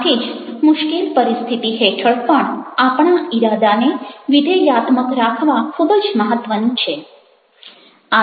આથી જ મુશ્કેલ પરિસ્થિતિ હેઠળ પણ આપણા ઈરાદાને વિધેયાત્મક રાખવા ખૂબ જ મહત્વનું છે